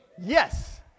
Yes